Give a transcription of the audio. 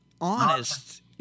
honest